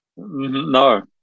No